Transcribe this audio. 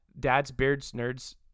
dadsbeardsnerds